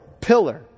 pillar